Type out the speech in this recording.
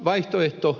vaihtoehto